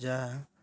ଯାହା